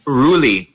ruly